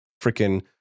freaking